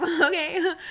okay